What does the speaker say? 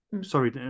Sorry